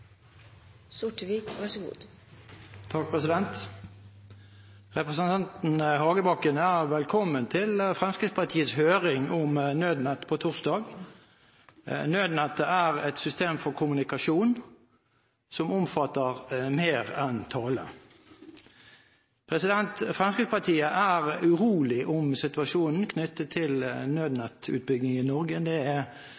velkommen til Fremskrittspartiets høring om nødnett på torsdag. Nødnettet er et system for kommunikasjon som omfatter mer enn tale. Fremskrittspartiet er urolig for situasjonen knyttet til